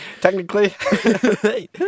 Technically